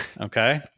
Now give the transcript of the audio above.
Okay